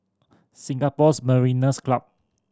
Singapore's Mariners' Club